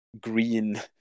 green